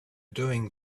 doing